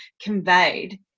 conveyed